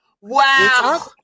Wow